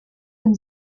dem